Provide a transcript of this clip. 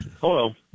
Hello